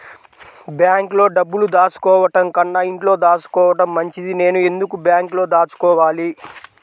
బ్యాంక్లో డబ్బులు దాచుకోవటంకన్నా ఇంట్లో దాచుకోవటం మంచిది నేను ఎందుకు బ్యాంక్లో దాచుకోవాలి?